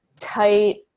tight